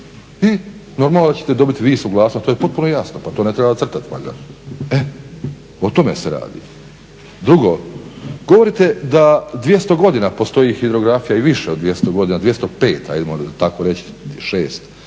i normalno da ćete dobiti vi suglasnost to je potpuno jasno pa to ne treba crtati valjda o tome se radi. Drugo, govorite da 200 godina postoji hidrografija i više od 200 godina 205, 6 od 1800.